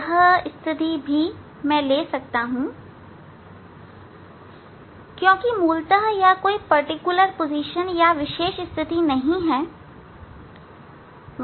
यह स्थिति भी मैं ले सकता हूं क्योंकि मूलतः यह विशेष स्थिति नहीं है